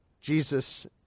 Jesus